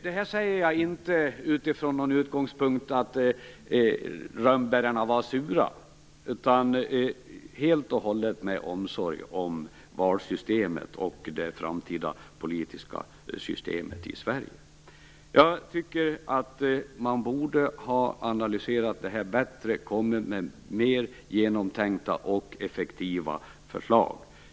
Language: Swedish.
Detta säger jag inte utifrån utgångspunkten att rönnbären var sura, utan det gör jag helt och hållet utifrån omsorg om valsystemet och det framtida politiska systemet i Sverige. Jag tycker att man borde ha gjort en bättre analys och kommit med mer genomtänkta och effektiva förslag.